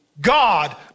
God